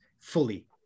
fully